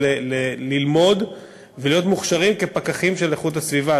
ללמוד ולהיות מוכשרים כפקחים של איכות הסביבה.